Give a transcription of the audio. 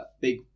Big